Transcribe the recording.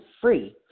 free